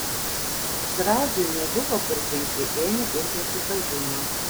zrazui nebuvo kur dingti ėmė ir prisipažino